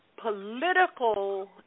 Political